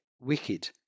wicked